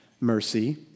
mercy